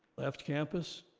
left campus,